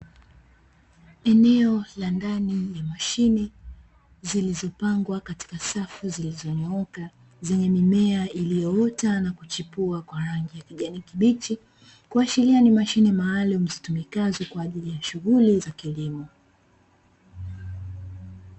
Eneo la ndani la mashine zilizopangwa katika safu zilizo nyooka lina mimea iliyoota na kuchipua kwa rangi ya kijani kibichi, shughuli za kilimo kuashiria ni mashine maalumu zitumikazo kwa ajili ya shughuli za kilimo.